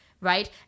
Right